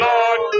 Lord